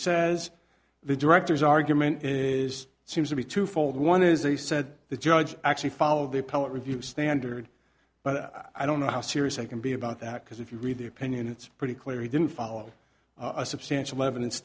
says the directors argument is seems to be twofold one is they said the judge actually followed the appellate review standard but i don't know how serious i can be about that because if you read the opinion it's pretty clear he didn't follow a substantial evidence